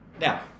Now